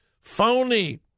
phony